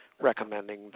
Recommending